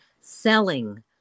selling